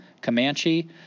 Comanche